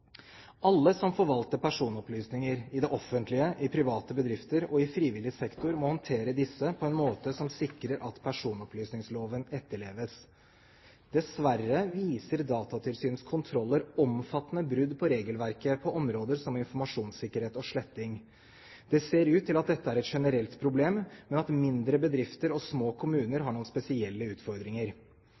Alle som forvalter personopplysninger i det offentlige, i private bedrifter og i frivillig sektor, må håndtere disse på en måte som sikrer at personopplysningsloven etterleves. Dessverre viser Datatilsynets kontroller omfattende brudd på regelverket på områder som informasjonssikkerhet og sletting. Det ser ut til at dette er et generelt problem, men at mindre bedrifter og små kommuner har noen spesielle utfordringer.